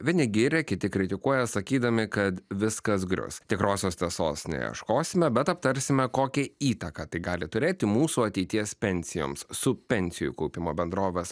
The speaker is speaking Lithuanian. vieni giria kiti kritikuoja sakydami kad viskas grius tikrosios tiesos neieškosime bet aptarsime kokią įtaką tai gali turėti mūsų ateities pensijoms su pensijų kaupimo bendrovės